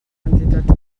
entitats